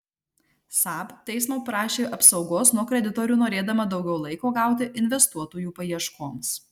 saab teismo prašė apsaugos nuo kreditorių norėdama daugiau laiko gauti investuotojų paieškoms